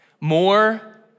More